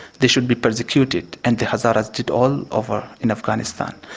they should be persecuted. and the hazaras did all over in afghanistan.